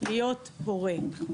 להיות הורה.